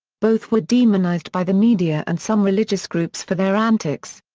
both were demonised by the media and some religious groups for their antics.